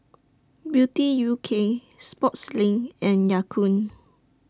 Beauty U K Sportslink and Ya Kun